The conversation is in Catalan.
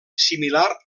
similar